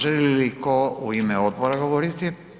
Želi li ko u ime odbora govoriti?